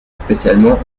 spécialement